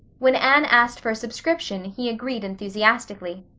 when anne asked for a subscription he agreed enthusiastically.